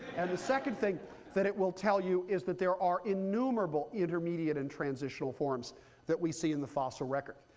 and the second thing that it will tell you is that there are innumerable intermediate and transitional forms that we see in the fossil record.